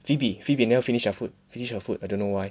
Phoebe Phoebe never finish their food finish her food I dunno why